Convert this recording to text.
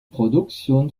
produktion